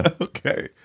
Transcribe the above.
okay